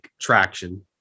traction